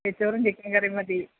നെയ്ച്ചോറും ചിക്കൻകറിയും മതി